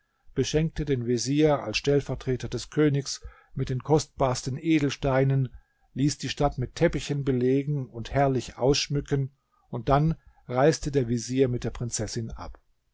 beschenkte den vezier als stellvertreter des königs mit den kostbarsten edelsteinen ließ die stadt mit teppichen belegen und herrlich ausschmücken und dann reiste der vezier mit der prinzessin ab